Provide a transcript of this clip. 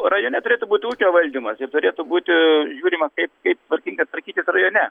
o rajone turėtų būti ūkio valdymas ir turėtų būti žiūrima kaip kaip tvarkingai tvarkytis rajone